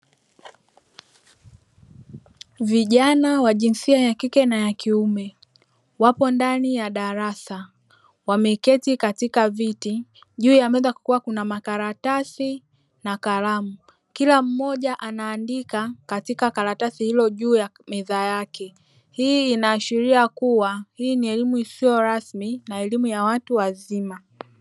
Vijana wa jinsia ya kike na kiume wako ndani ya darasa wameketi katika viti, juu ya meza kukiwa na makaratasi na kalamu kila mmoja anaandika katika karatasi lililojuu ya meza yake, hii inaashiria kuwa hii ni elimu isiyo rasmi na elimu ya watu wazima.